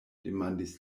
demandis